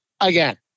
again